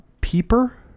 Peeper